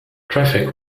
traffic